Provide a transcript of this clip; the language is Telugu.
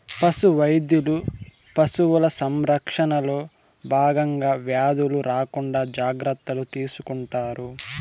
పశు వైద్యులు పశువుల సంరక్షణలో భాగంగా వ్యాధులు రాకుండా జాగ్రత్తలు తీసుకుంటారు